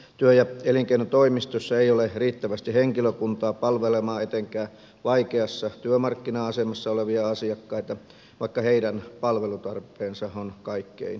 työ ja elinkeinotoimistoissa ei ole riittävästi henkilökuntaa palvelemaan etenkään vaikeassa työmarkkina asemassa olevia asiakkaita vaikka heidän palvelutarpeensa on kaikkein suurin